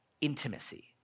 intimacy